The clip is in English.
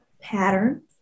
pattern